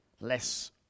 less